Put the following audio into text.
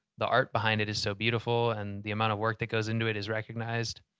the art behind it is so beautiful, and the amount of work that goes into it is recognized.